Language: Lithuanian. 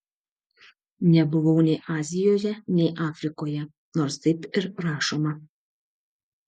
nebuvau nei azijoje nei afrikoje nors taip ir rašoma